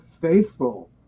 faithful